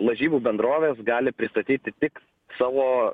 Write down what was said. lažybų bendrovės gali pristatyti tik savo